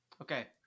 Okay